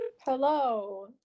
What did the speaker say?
Hello